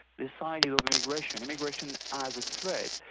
the assigning of immigration immigration as a threat,